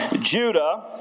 Judah